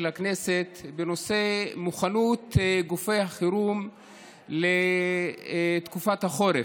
הכנסת בנושא מוכנות גופי החירום לתקופת החורף.